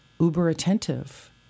uber-attentive